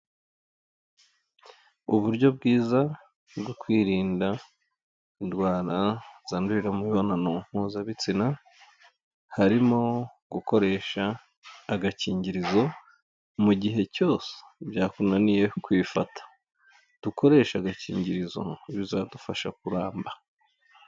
Uburyo bwiza bwo kwirinda indwara zandurira mu mibonano mpuzabitsina, harimo gukoresha agakingirizo mu gihe cyose byakunaniye kwifata. Dukoreshe agakingirizo bizadufasha kuramba.